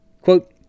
Quote